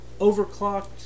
Overclocked